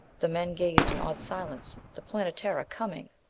the men gazed in awed silence. the planetara coming.